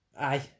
aye